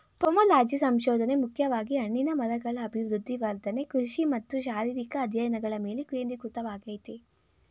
pomology ಸಂಶೋಧನೆ ಮುಖ್ಯವಾಗಿ ಹಣ್ಣಿನ ಮರಗಳ ಅಭಿವೃದ್ಧಿ ವರ್ಧನೆ ಕೃಷಿ ಮತ್ತು ಶಾರೀರಿಕ ಅಧ್ಯಯನಗಳ ಮೇಲೆ ಕೇಂದ್ರೀಕೃತವಾಗಯ್ತೆ